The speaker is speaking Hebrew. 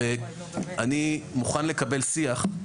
אני מוכן לקבל שיח,